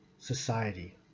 society